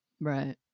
Right